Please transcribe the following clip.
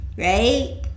right